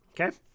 okay